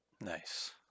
Nice